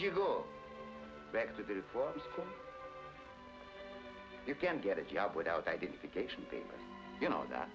you go back to before you can get a job without identification you know that